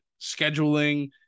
scheduling